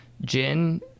gin